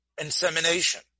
insemination